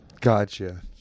Gotcha